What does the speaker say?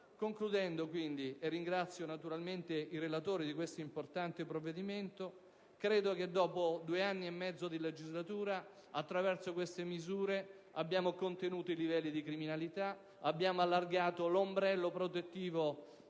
Concludendo, ringrazio il relatore per questo importante provvedimento, e credo che dopo due anni e mezzo di legislatura, attraverso queste misure, abbiamo contenuto i livelli di criminalità, abbiamo allargato l'ombrello protettivo